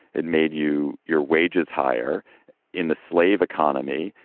it made you your wages higher in the slave economy.